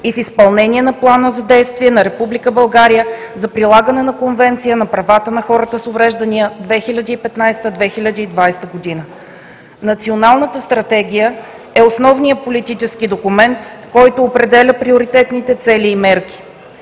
и в изпълнение на Плана за действие на Република България за прилагане на Конвенцията за правата на хората с увреждания 2015 – 2020 г. Националната стратегия е основният политически документ, който определя приоритетните цели и мерки.